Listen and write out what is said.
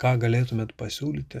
ką galėtumėt pasiūlyti